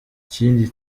ikindi